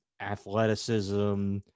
athleticism